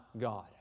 God